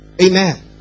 Amen